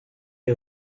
est